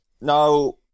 now